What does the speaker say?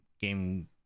Game